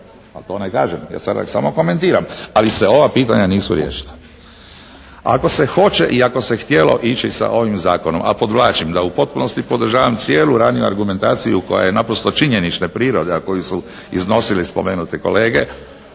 ja to ne kažem, ja sada samo komentiram, ali se ova pitanja nisu riješila. Ako se hoće i ako se htjelo ići sa ovim zakonom a podvlačim da u potpunosti podržavam cijelu raniju argumentaciju koja je naprosto činjenične prirode a koju su iznosili spomenuti kolege,